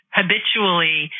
habitually